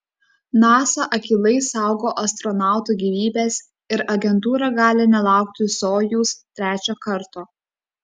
nasa akylai saugo astronautų gyvybes ir agentūra gali nelaukti sojuz trečio karto